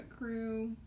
crew